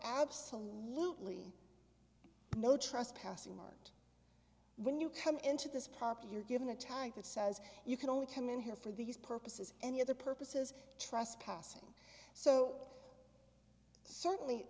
absolutely no trespassing mark when you come into this pop you're given a time that says you can only come in here for these purposes any other purposes trespassing so certainly